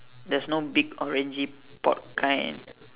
there's no big orangey pot kind